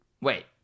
Wait